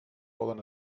poden